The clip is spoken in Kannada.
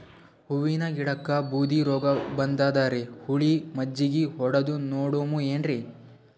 ಹೂವಿನ ಗಿಡಕ್ಕ ಬೂದಿ ರೋಗಬಂದದರಿ, ಹುಳಿ ಮಜ್ಜಗಿ ಹೊಡದು ನೋಡಮ ಏನ್ರೀ?